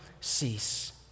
cease